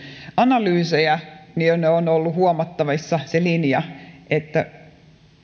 analyysejä niin on ollut huomattavissa se linja